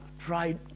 tried